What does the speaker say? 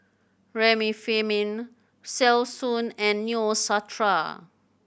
Remifemin Selsun and Neostrata